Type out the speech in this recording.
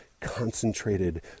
concentrated